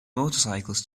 motorcycles